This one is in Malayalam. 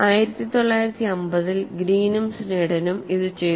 1950 ൽ ഗ്രീനും സ്നെഡണും ഇത് ചെയ്തു